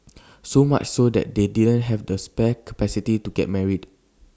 so much so that they didn't have the spare capacity to get married